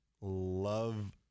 Love